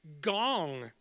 gong